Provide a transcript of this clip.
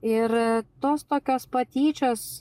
ir tos tokios patyčios